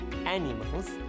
animals